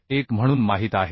1 म्हणून माहित आहे